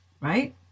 right